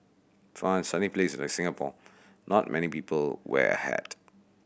for a sunny place like Singapore not many people wear a hat